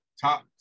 top